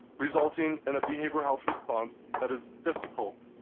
resulting in a behavior health response that is difficult